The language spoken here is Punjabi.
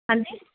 ਹੈਂਜੀ